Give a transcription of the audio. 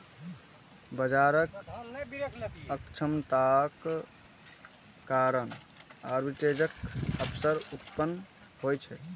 बाजारक अक्षमताक कारण आर्बिट्रेजक अवसर उत्पन्न होइ छै